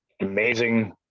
Amazing